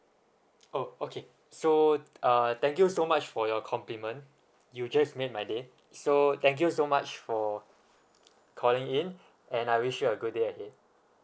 oh okay so uh thank you so much for your compliment you just made my day so thank you so much for calling in and I wish you a good day ahead